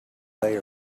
they